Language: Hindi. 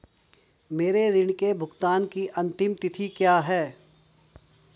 मेरे ऋण के भुगतान की अंतिम तिथि क्या है?